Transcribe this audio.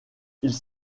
ils